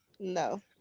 No